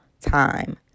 time